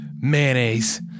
mayonnaise